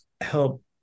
help